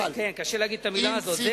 קשה להגיד את המלה הזאת,